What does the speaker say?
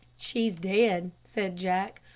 she's dead, said jack.